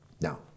Now